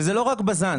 זה לא רק בזן,